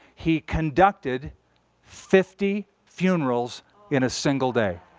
he conducted fifty funerals in a single day.